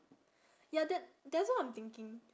ya that that's why I'm thinking